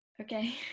okay